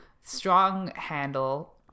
strong-handle